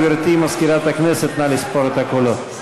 גברתי מזכירת הכנסת, נא לספור את הקולות.